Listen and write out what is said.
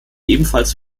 ebenfalls